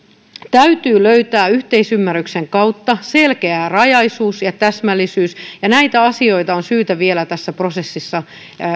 täytyy löytää yhteisymmärryksen kautta selkeärajaisuus ja täsmällisyys ja näitä asioita on syytä vielä tässä prosessissa